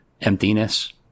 emptiness